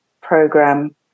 program